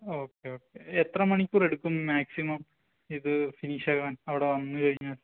okay okay എത്ര മണിക്കൂറെടുക്കും maximum ഇത് ഫിനിഷാകാൻ അവിടെ വന്നുകഴിഞ്ഞാൽ